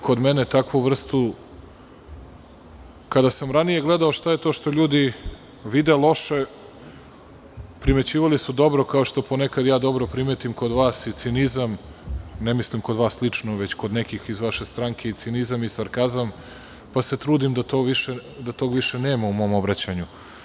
Kada sam ranije gledao šta je to što ljudi vide loše, primećivali su dobro, kao što ponekad ja dobro primetim kod vas, ne mislim kod vas lično, već kod nekih iz vaše stranke, i cinizam i sarkazam, pa se trudim da toga više nema u mom obraćanju.